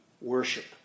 worship